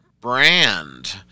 brand